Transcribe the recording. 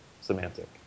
semantic